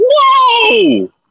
whoa